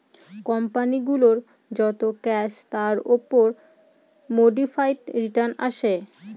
company গুলোর যত cash তার উপর মোডিফাইড রিটার্ন আসে